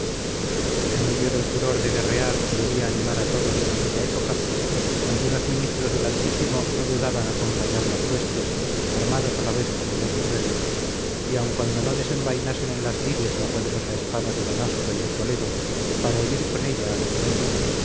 en medio del furor de guerrear que debía animar a todos en aquella época algunos ministros del altísimo no dudaban acompañar las huestes armados a la vez como los guerreros y aun cuando no desenvainasen en las lides la poderosa espada de damasco y de toledo para herir con ella al enemigo